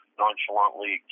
nonchalantly